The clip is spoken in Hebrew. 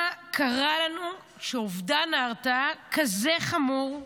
מה קרה לנו שאובדן ההרתעה כזה חמור,